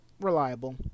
reliable